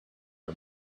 are